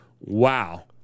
Wow